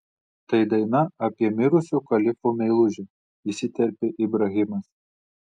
tai daina apie mirusio kalifo meilužę įsiterpė ibrahimas